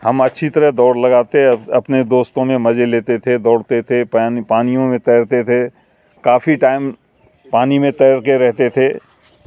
ہم اچھی طرح دوڑ لگاتے اپنے دوستوں میں مزے لیتے تھے دوڑتے تھے پانی پانیوں میں تیرتے تھے کافی ٹائم پانی میں تیر کے رہتے تھے